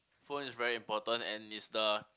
phone is very important and is the